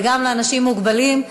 וגם לאנשים מוגבלים.